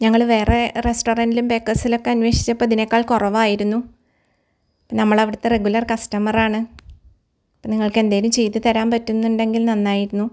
ഞങ്ങള് വേറെ റെസ്റ്റോറന്റിലും ബേക്കേസിലൊക്കെ അന്വേഷിച്ചപ്പോൾ ഇതിനേക്കാള് കുറവായിരുന്നു നമ്മളവിടുത്തെ റെഗുലര് കസ്റ്റമറാണ് അപ്പോൾ നിങ്ങള്ക്കെന്തേലും ചെയ്ത് തരാന് പറ്റുന്നുണ്ടെങ്കില് നന്നായിരുന്നു